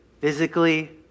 Physically